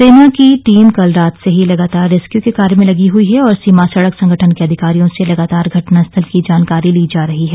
सेना की टीम कल रात से ही लगातार रेस्क्यू के कार्य में लगी हुयी है और सीमा सड़क संगठन के अधिकारियों से लगातार घटना स्थल की जानकारी ली जा रही है